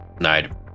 night